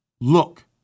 look